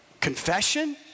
confession